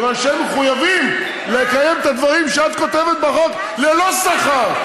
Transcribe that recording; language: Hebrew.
כיוון שהם מחויבים לקיים את הדברים שאת כותבת בחוק ללא שכר,